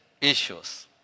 issues